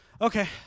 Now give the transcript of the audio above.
okay